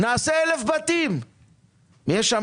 למי רמ"י שייכת?